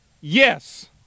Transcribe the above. yes